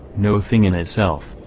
no thing in itself.